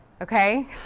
okay